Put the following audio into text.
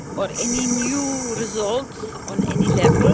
or any new results on any level?